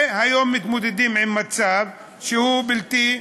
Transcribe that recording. והיום מתמודדים עם מצב שהוא בלתי,